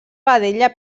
vedella